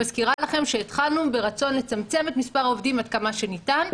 אני מזכירה לכם שהתחלנו ברצון לצמצם את מספר העובדים עד כמה שניתן.